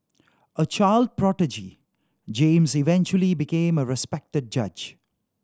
a child prodigy James eventually became a respected judge